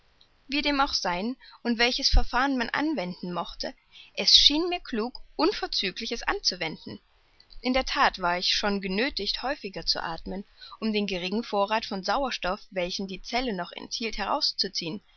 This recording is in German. wie dem auch sein und welches verfahren man anwenden mochte es schien mir klug unverzüglich es anzuwenden in der that war ich schon genöthigt häufiger zu athmen um den geringen vorrath von sauerstoff welchen die zelle noch enthielt herauszuziehen